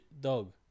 dog